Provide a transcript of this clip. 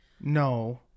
No